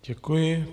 Děkuji.